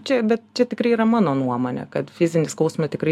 čia bet čia tikrai yra mano nuomonė kad fizinį skausmą tikrai